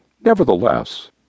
Nevertheless